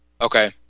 Okay